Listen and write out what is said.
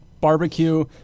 barbecue